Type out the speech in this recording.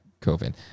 COVID